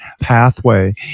pathway